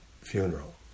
funeral